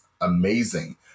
amazing